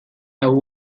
and